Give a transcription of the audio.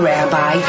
Rabbi